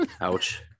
ouch